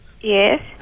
Yes